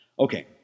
Okay